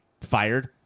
fired